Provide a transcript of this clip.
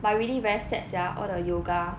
but really very sad sia all the yoga